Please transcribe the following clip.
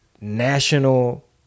national